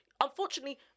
Unfortunately